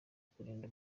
kurinda